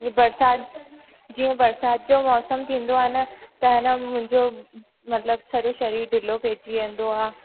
बरिसात जीअं बरिसात जो मौसम थींदो आहे न त आहे न मुंहिंजो मतिलबु सॼो शरीरु ढिलो पइजी वेंदो आहे